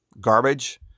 garbage